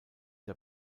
der